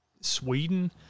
Sweden